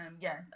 Yes